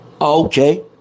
Okay